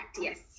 yes